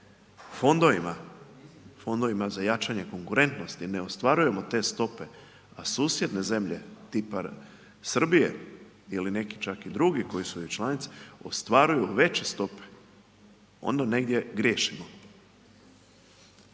fondovima za jačanje konkurentnosti, ne ostvarujemo te stope, a susjedne zemlje tipa Srbije ili neki čak i drugi koji su i članice, ostvaruju veće stope, onda negdje griješimo.